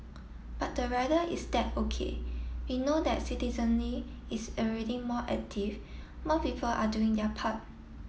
but the rider is that O K we know that citizenry is already more active more people are doing their part